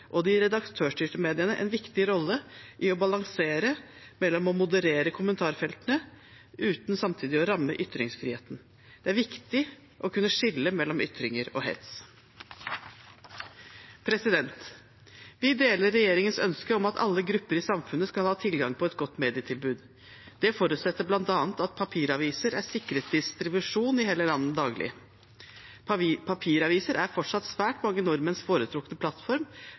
og de redaktørstyrte mediene en viktig rolle i å balansere mellom å moderere kommentarfeltene uten samtidig å ramme ytringsfriheten. Det er viktig å kunne skille mellom ytringer og hets. Vi deler regjeringens ønske om at alle grupper i samfunnet skal ha tilgang på et godt medietilbud. Det forutsetter bl.a. at papiraviser er sikret distribusjon i hele landet daglig. Papiraviser er fortsatt svært mange nordmenns foretrukne plattform